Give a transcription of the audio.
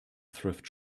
thrift